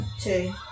Two